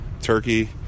turkey